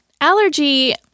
allergy